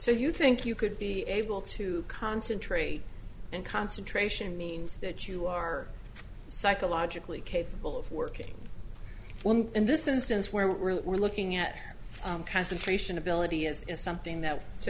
so you think you could be able to concentrate and concentration means that you are psychologically capable of working in this instance where we're looking at pass information ability is something that so